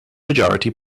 majority